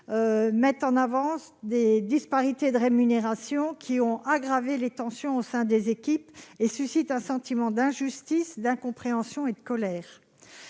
échanges révèlent des disparités de rémunérations qui aggravent les tensions au sein des équipes et suscitent un sentiment d'injustice, d'incompréhension et de colère.